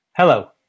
Hello